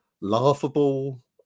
laughable